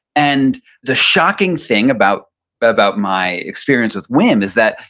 and the shocking thing about about my experience with wim is that,